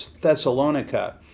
Thessalonica